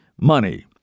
money